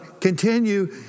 continue